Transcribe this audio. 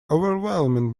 overwhelming